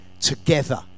together